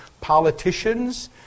politicians